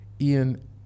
Ian